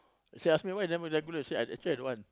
they ask me why I never regular I said I actually I don't want